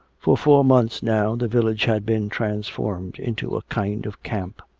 for four months now the village had been transformed into a kind of camp.